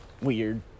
weird